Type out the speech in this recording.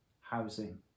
Housing